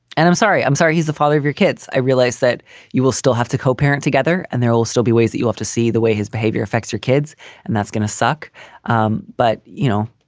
and i'm sorry. i'm sorry. he's the father of your kids. i realize that you will still have to co-parent together and there will still be ways that you have to see the way his behavior affects your kids and that's going to suck um but, you know,